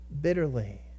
Bitterly